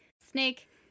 snake